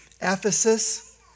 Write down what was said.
Ephesus